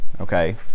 okay